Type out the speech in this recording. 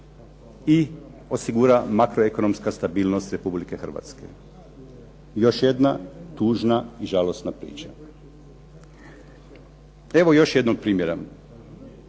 i osigura makroekonomska stabilnost Republike Hrvatske? Još jedna tužna i žalosna priča. Evo još jednog primjera.